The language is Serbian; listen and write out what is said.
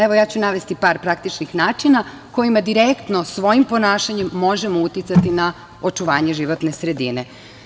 Evo, ja ću navesti par praktičnih načina kojima direktno svojim ponašanjem možemo uticati na očuvanje životne sredine.